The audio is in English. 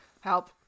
Help